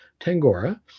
Tangora